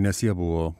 nes jie buvo